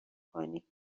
کنی